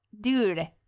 dude